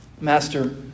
Master